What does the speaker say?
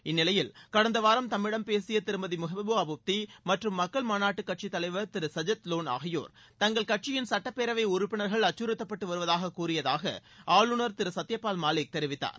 இந்நிலையில் கடந்த வாரம் தம்மிடம் பேசிய திருமதி மெஹ்பூபா முப்தி மற்றும் மக்கள் மாநாட்டுக் கட்சித் தலைவர் திரு சஜத் லோன் ஆகியோர் தங்கள் கட்சியின் சுட்டப்பேரவை உறுப்பினர்கள் அச்சுறுத்தப்பட்டு வருவதாக கூறியதாக ஆளுநர் திரு சத்ய பால் மாலிக் தெரிவித்தார்